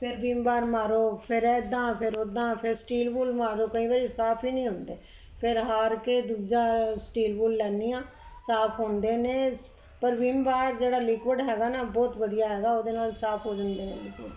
ਫਿਰ Vim bar ਮਾਰੋ ਫਿਰ ਇੱਦਾਂ ਫਿਰ ਉੱਦਾਂ ਫਿਰ ਸਟੀਲ ਵੂਲ ਮਾਰੋ ਕਈ ਵਾਰੀ ਸਾਫ ਹੀ ਨਹੀਂ ਹੁੰਦੇ ਫਿਰ ਹਾਰ ਕੇ ਦੂਜਾ ਸਟੀਲ ਵੂਲ ਲੈਂਦੀ ਹਾਂ ਸਾਫ ਹੁੰਦੇ ਨੇ ਪਰ ਵਿਮ ਬਾਰ ਜਿਹੜਾ ਲੀਕੁਡ ਹੈਗਾ ਨਾ ਬਹੁਤ ਵਧੀਆ ਹੈਗਾ ਉਹਦੇ ਨਾਲ ਸਾਫ ਹੋ ਜਾਂਦੇ ਨੇ